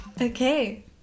Okay